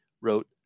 wrote